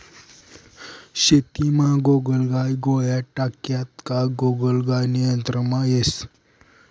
शेतीमा गोगलगाय गोळ्या टाक्यात का गोगलगाय नियंत्रणमा येस